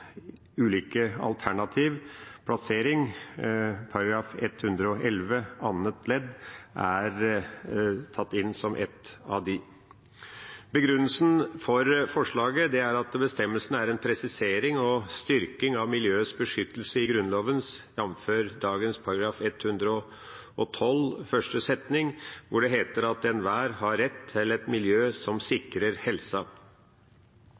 alternativ plassering. § 111 annet ledd er tatt inn som et av dem. Begrunnelsen for forslaget er at bestemmelsen er en presisering og styrking av miljøets beskyttelse i Grunnloven, jf. dagens § 112 første setning, hvor det heter: «Enhver har rett til et miljø som